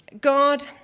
God